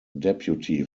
deputy